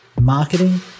marketing